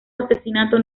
asesinato